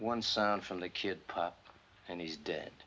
one sound from the kid and he's dead